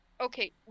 okay